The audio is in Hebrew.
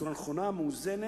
בצורה נכונה, מאוזנת,